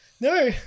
No